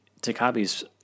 Takabi's